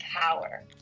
power